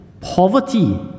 poverty